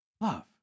Love